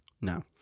No